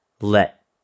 let